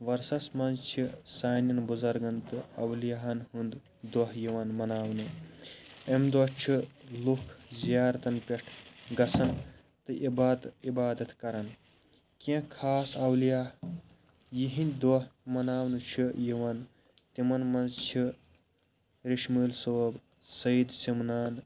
ورثَس مَنٛز چھ سانیٚن بُزرگَن تہٕ اولیاہَن ہُنٛد دۄہ یِوان مناونہٕ اَمہِ دۄہ چھِ لوٗکھ زیارتَن پٮ۪ٹھ گَژھان تہٕ عبادت عبادت کران کیٚنٛہہ خاص اولیا یِہنٛدۍ دۄہ مناونہٕ چھِ یِوان تِمن مَنٛز چھِ ریٚشمٲلۍ صٲب سید سِمنان